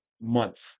month